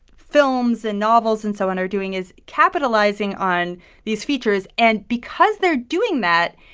films and novels and so on are doing is capitalizing on these features. and because they're doing that,